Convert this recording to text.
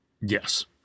Yes